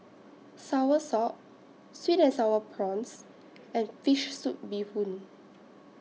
Soursop Sweet and Sour Prawns and Fish Soup Bee Hoon